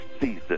season